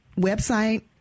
website